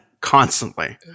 constantly